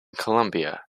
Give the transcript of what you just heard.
colombia